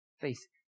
face